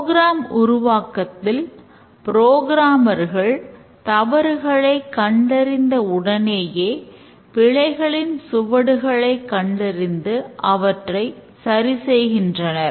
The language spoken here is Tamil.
புரோகிராம் தவறுகளை கண்டறிந்த உடனேயே பிழைகளின் சுவடுகளை கண்டறிந்து அவற்றை சரி செய்கின்றனர்